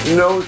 no